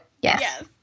Yes